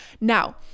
now